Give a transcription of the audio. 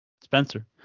Spencer